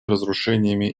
разрушениями